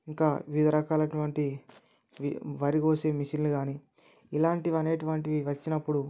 ఇంకా వివిధ రకాలటువంటి వరి కోసే మిషన్లు గానీ ఇలాంటి అనేటువంటివి వచ్చినప్పుడు